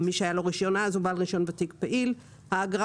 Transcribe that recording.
מי שהיה לו רישיון אז הוא בעל רישיון ותיק פעיל; האגרה